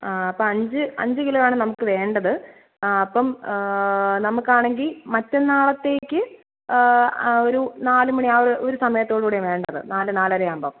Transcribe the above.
ആ അപ്പം അഞ്ച് അഞ്ച് കിലോ ആണ് നമുക്ക് വേണ്ടത് ആ അപ്പം നമുക്ക് ആണെങ്കിൽ മറ്റന്നാളത്തേക്ക് ഒരു നാല് മണി ആ ഒരു ഒരു സമയത്തോടുകൂടിയാണ് വേണ്ടത് നാല് നാലരയാവുമ്പം